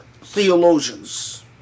theologians